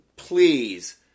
Please